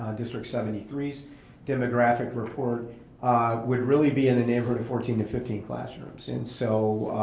ah district seventy three s demographic report would really be in the neighborhood of fourteen to fifteen classrooms. and so